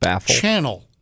channel